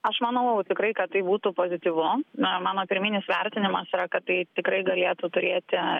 aš manau tikrai kad tai būtų pozityvu na mano pirminis vertinimas yra kad tai tikrai galėtų turėti